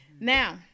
Now